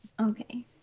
Okay